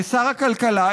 לשר הכלכלה,